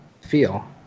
feel